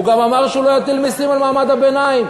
הוא גם אמר שהוא לא יטיל מסים על מעמד הביניים,